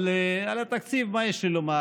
אבל על התקציב מה יש לי לומר?